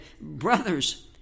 brothers